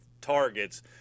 targets